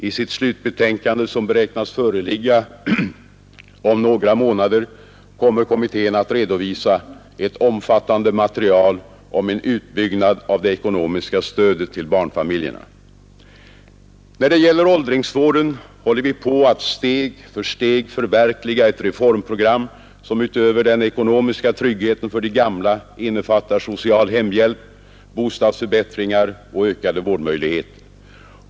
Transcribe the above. I sitt slutbetänkande, som beräknas föreligga om några månader, kommer kommittén att redovisa ett omfattande material om en utbyggnad av det ekonomiska stödet till barnfamiljerna. När det gäller åldringsvården håller vi på att steg för steg förverkliga ett reformprogram, som utöver den ekonomiska tryggheten för de gamla innefattar social hemhjälp, bostadsförbättringar och ökade vårdmöjligheter.